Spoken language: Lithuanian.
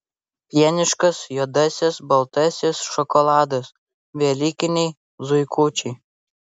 pieniškas juodasis baltasis šokoladas velykiniai zuikučiai